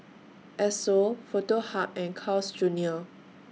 Esso Foto Hub and Carl's Junior